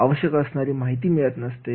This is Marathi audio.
आवश्यक असणारी माहिती मिळत नसते